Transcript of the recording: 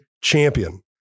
Champion